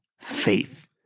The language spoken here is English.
faith